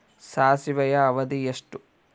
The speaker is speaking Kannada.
ಸಾಸಿವೆಯ ಅವಧಿ ಎಷ್ಟು?